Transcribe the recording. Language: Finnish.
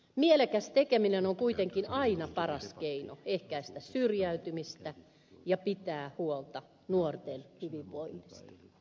mielekäs tekeminen on kuitenkin aina paras keino ehkäistä syrjäytymistä ja pitää huolta nuorten hyvinvoinnista